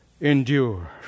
endure